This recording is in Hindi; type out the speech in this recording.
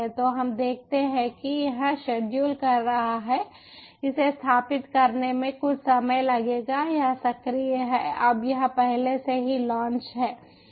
तो हम देखते हैं कि यह शेड्यूल कर रहा है इसे स्थापित करने में कुछ समय लगेगा यह सक्रिय है अब यह पहले से ही लॉन्च है